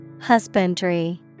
Husbandry